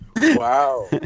wow